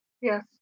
Yes